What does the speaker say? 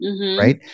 right